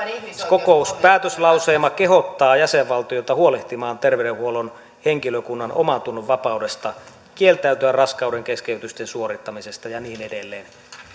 yleiskokouksen päätöslauselma kehottaa jäsenvaltioita huolehtimaan terveydenhuollon henkilökunnan omantunnonvapaudesta kieltäytyä raskaudenkeskeytysten suorittamisesta ja niin edelleen